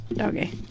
Okay